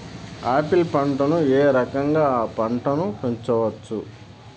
Apple పంటను ఏ రకంగా అ పంట ను పెంచవచ్చు?